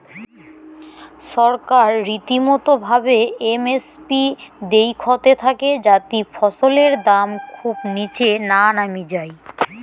ছরকার রীতিমতো ভাবে এম এস পি দেইখতে থাকে যাতি ফছলের দাম খুব নিচে না নামি যাই